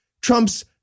Trump's